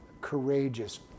courageous